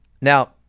Now